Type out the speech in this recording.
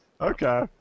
Okay